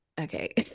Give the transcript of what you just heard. okay